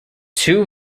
two